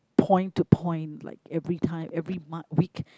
point to point like every time every mo~ week